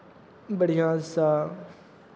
बढ़िआँसँ